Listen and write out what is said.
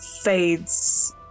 fades